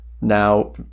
Now